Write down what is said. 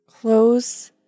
Close